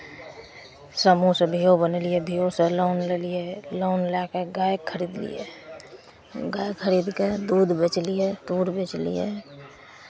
समूहसँ भ्यू बनेलियै भ्यूसँ लोन लेलियै लोन लए कऽ गाय खरीदलियै गाय खरीद कऽ दूध बेचलियै दूध बेचलियै